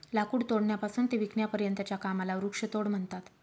लाकूड तोडण्यापासून ते विकण्यापर्यंतच्या कामाला वृक्षतोड म्हणतात